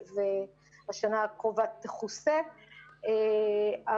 זה אומר שהצרכים הם לא חסרים של בין 6,000 ל-8,000 אלא